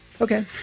Okay